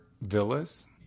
villas